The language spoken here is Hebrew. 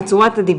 על צורת הדיבור,